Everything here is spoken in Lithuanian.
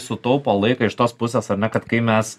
sutaupo laiką iš tos pusės ar ne kad kai mes